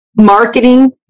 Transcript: Marketing